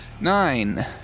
Nine